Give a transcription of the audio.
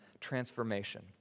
Transformation